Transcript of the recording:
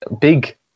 big